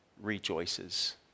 rejoices